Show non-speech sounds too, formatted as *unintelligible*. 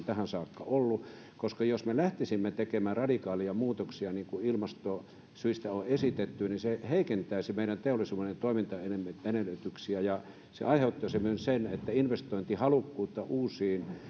*unintelligible* tähän saakka ollut koska jos me lähtisimme tekemään radikaaleja muutoksia niin kun ilmastosyistä on esitetty se heikentäisi meidän teollisuuden toimintaedellytyksiä ja se aiheuttaisi myös sen että investointihalukkuutta uusiin